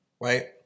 right